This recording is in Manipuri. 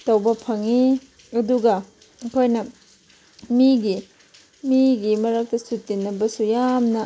ꯇꯧꯕ ꯐꯪꯏ ꯑꯗꯨꯒ ꯑꯩꯈꯣꯏꯅ ꯃꯤꯒꯤ ꯃꯤꯒꯤ ꯃꯔꯛꯇꯁꯨ ꯇꯤꯟꯅꯕꯁꯨ ꯌꯥꯝꯅ